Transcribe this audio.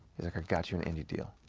he's like, i got you an indie deal.